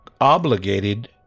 obligated